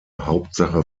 hauptsache